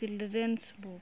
children's book